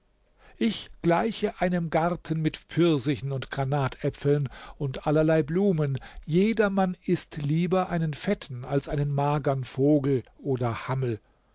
ich gleiche einem garten mit pfirsichen und granatäpfeln und allerlei blumen jedermann ißt lieber einen fetten als einen magern vogel oder hammel